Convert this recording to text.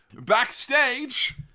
Backstage